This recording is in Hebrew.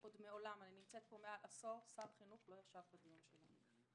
כבר למעלה מעשור שר החינוך לא ישב בדיון שלנו.